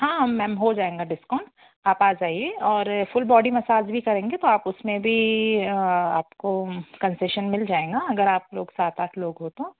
हाँ मैम हो जाएगा डिस्काउंट आप आ जाइए और फुल बॉडी मसाज भी करेंगे तो आप उसमें भी आपको कंसेशन मिल जाएगा अगर आप लोग साथ आठ लोग हो तो